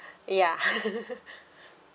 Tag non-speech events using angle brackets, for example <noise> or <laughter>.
ya <laughs>